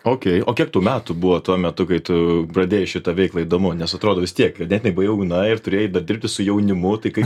okei o kiek tau metų buvo tuo metu kai tu pradėjai šitą veiklą įdomu nes atrodo vis tiek net nebuvai jauna ir turėjai dirbti su jaunimu tai